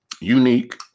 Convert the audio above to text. unique